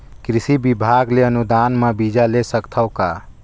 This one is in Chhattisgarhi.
कृषि विभाग ले अनुदान म बीजा ले सकथव का?